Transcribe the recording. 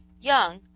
young